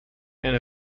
and